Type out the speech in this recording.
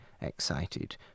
excited